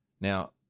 Now